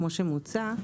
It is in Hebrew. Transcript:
כמו שמוצע,